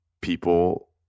people